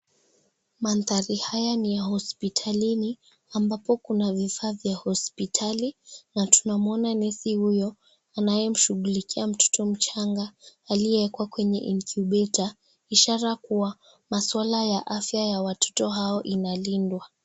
Mandari haya niya hospitalini ambapo kuna vifaa vya hospitali tunameona nesi huyo ambaye anamshugulikia mtoto mchanga aliyeekwa kwenye (cs) incubator (cs) ishara kuwa maswala ya afya ya watoto hawo yanalindwa.